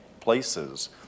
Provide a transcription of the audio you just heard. places